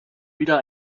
wieder